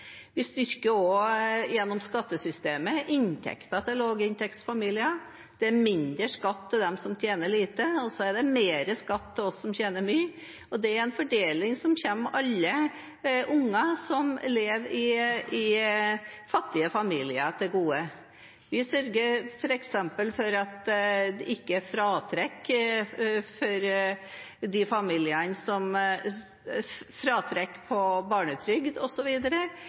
Vi styrker også inntekten til lavinntektsfamilier gjennom skattesystemet. Det er mindre skatt for dem som tjener lite, og så er det mer skatt for oss som tjener mye. Det er en fordeling som kommer alle unger som lever i fattige familier, til gode. Vi sørger f.eks. for at det ikke er fratrekk på barnetrygd osv. når man får sosialhjelp. Det vil komme de